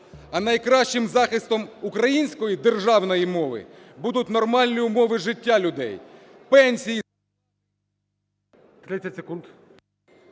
А найкращим захистом української державної мови будуть нормальні умови життя людей – пенсії…